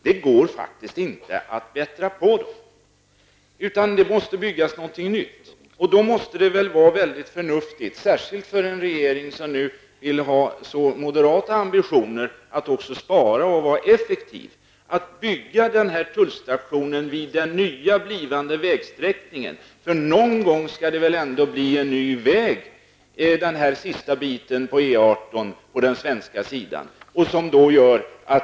Det går faktiskt inte att bättra på dem, utan det måste byggas någonting nytt. Det måste väl då vara mycket förnuftigt, särskilt för en regering som nu vill ha så moderata ambitioner som att också spara och vara effektiv, att bygga tullstationen vid den nya blivande vägsträckningen. Någon gång skall det väl ändå byggas en ny väg den sista biten av E 18 på den svenska sidan.